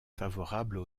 favorables